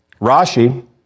Rashi